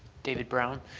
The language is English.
david brown.